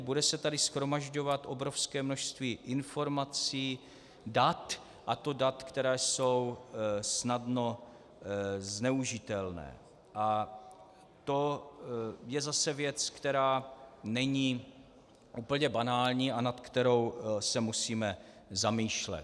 Bude se tady shromažďovat obrovské množství informací, dat, a to dat, která jsou snadno zneužitelná, a to je zase věc, která není úplně banální a nad kterou se musíme zamýšlet.